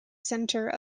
center